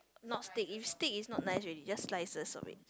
not steak if steak is not nice ready just slices of it